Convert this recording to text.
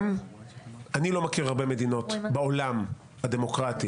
אני לא מכיר הרבה מדינות בעולם הדמוקרטי